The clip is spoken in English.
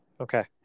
Okay